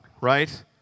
right